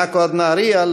מעכו עד נהריה,